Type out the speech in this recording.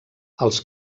als